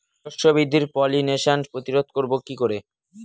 শস্য বৃদ্ধির পলিনেশান প্রতিরোধ করব কি করে?